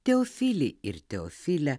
teofilį ir teofilę